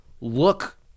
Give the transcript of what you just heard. look